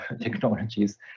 technologies